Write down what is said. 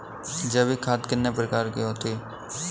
जैविक खाद कितने प्रकार की होती हैं?